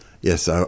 Yes